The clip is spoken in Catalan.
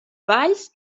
valls